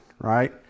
right